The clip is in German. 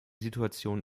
situation